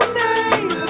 name